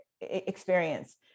Experience